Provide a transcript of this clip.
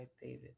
David